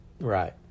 right